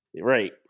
Right